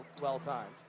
well-timed